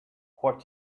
what